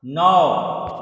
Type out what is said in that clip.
नओ